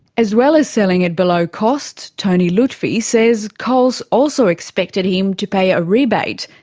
as well as selling at below cost, tony lutfi says coles also expected him to pay a rebate,